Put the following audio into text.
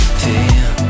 feel